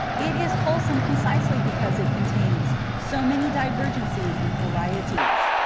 it is wholesome precisely because it contains so many divergencies and varieties.